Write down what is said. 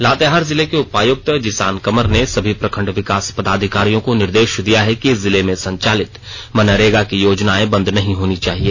लातेहार जिले के उपायुक्त जिसान कमर ने सभी प्रखंड विकास पदाधिकारियों को निर्देश दिया है कि जिले में संचालित मनरेगा की योजनाएं बंद नहीं होनी चाहिए